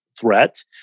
threat